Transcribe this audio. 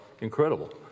incredible